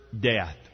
death